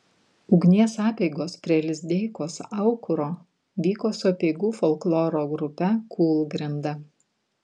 ugnies apeigos prie lizdeikos aukuro vyko su apeigų folkloro grupe kūlgrinda